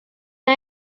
هنا